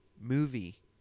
movie